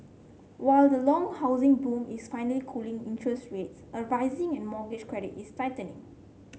while the long housing boom is finally cooling interest rates are rising and mortgage credit is tightening